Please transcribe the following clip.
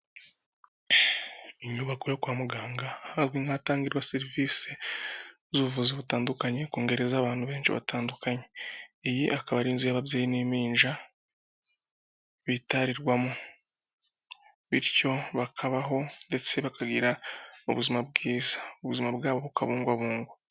Inyubako yo kwa muganga, ahahabwa n'ahatangirwa serivisi z'ubuvuzi butandukanye, kungeri z'abantu benshi batandukanye, iyi akaba ari inzu y'ababyeyi n'impinja bitarirwamo, bityo bakabaho ndetse bakagira ubuzima bwiza, ubuzima bwabo bukabungwabungwa.